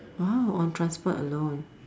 !wow! on transport alone